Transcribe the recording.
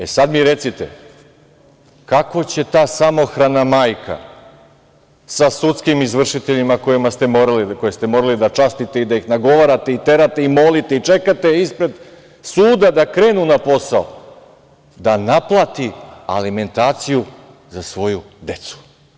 E, sad mi recite kako će ta samohrana majka sa sudskim izvršiteljima koje ste morali da častite, da ih nagovarate, terate, molite i čekate ispred suda da krenu na posao da naplati alimentaciju za svoju decu?